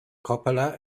coppola